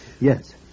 Yes